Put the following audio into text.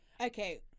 okay